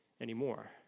anymore